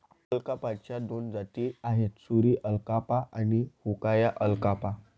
अल्पाकाच्या दोन जाती आहेत, सुरी अल्पाका आणि हुआकाया अल्पाका